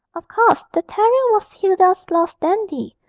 of course the terrier was hilda's lost dandy.